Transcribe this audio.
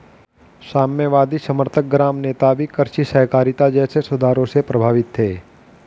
साम्यवादी समर्थक ग्राम नेता भी कृषि सहकारिता जैसे सुधारों से प्रभावित थे